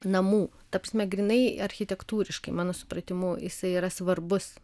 namų ta prasme grynai architektūriškai mano supratimu jisai yra svarbus